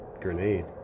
grenade